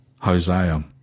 Hosea